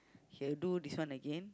he will do this one again